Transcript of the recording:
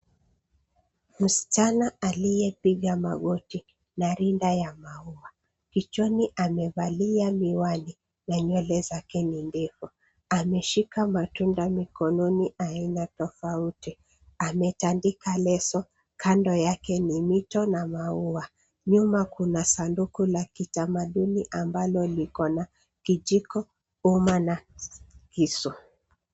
Msichana aliye piga magoti na rinda ya maua kichwani amevalia miwani na nywele zake ni ndefu, ameshika matunda mikononi aina tofauti ametandika leso kando yake ni mito na maua. Nyuma kuna sanduku la kitamaduni amablo liko na kijiko, uma na kisu.